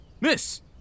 Miss